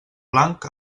blanc